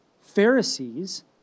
Pharisees